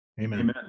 Amen